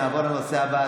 נעבור לנושא הבא,